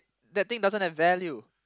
that thing doesn't have value